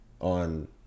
on